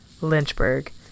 Lynchburg